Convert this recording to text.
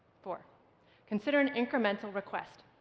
four consider an incremental request.